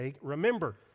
remember